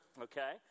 okay